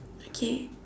okay